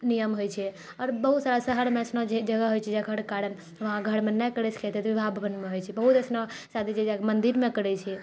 नियम होइत छै आओर बहुत सारा शहरमे अइसनो छै जगह होइत छै जकर कारण वहाँ घरमे नहि करए सकय ताहि दुआरे विवाह भवनमे होइत छै बहुत अइसनो शादी छै जे मन्दिरमे करैत छै